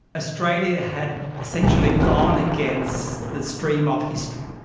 australia had essentially gone against the stream of history.